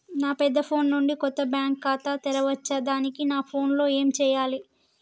నా పెద్ద ఫోన్ నుండి కొత్త బ్యాంక్ ఖాతా తెరవచ్చా? దానికి నా ఫోన్ లో ఏం చేయాలి?